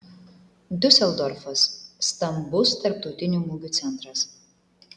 diuseldorfas stambus tarptautinių mugių centras